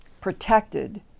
protected